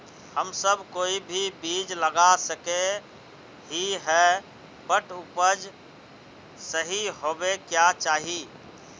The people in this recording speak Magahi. हम सब कोई भी बीज लगा सके ही है बट उपज सही होबे क्याँ चाहिए?